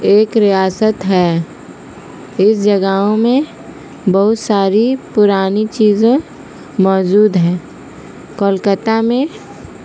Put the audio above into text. ایک ریاست ہے اس جگہوں میں بہت ساری پرانی چیزیں موجود ہیں کولکتہ میں